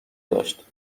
داشت